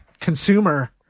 consumer